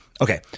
Okay